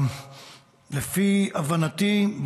לפי הבנתי,